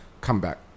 comeback